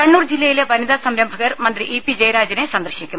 കണ്ണൂർ ജില്ലയിലെ വനിതാ സംരംഭകർ മന്ത്രി ഇ പി ജയരാജനെ സന്ദർശിക്കും